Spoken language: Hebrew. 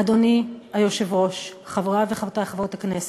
אדוני היושב-ראש, חברי וחברות הכנסת,